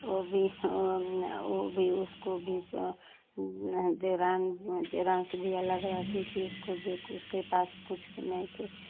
वो भी वो भी उसको भी देवरान देवरान से भी अलग रहती थी उसको देख उसके पास कुछ भी नहीं थे